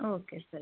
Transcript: okay sir